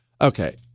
Okay